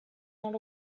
not